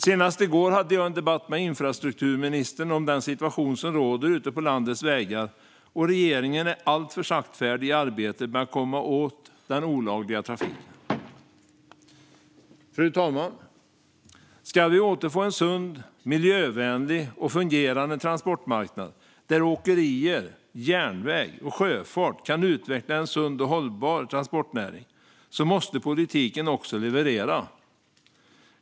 Senast i går hade jag en debatt med infrastrukturministern om den situation som råder ute på landets vägar. Regeringen är alltför saktfärdig i arbetet med att komma åt den olagliga trafiken. Fru talman! Om vi ska återfå en sund, miljövänlig och fungerande transportmarknad där åkerier, järnväg och sjöfart kan utveckla en sund och hållbar transportnäring måste politiken leverera.